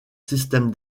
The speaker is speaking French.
système